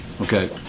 okay